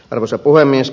arvoisa puhemies